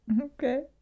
okay